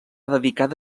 dedicada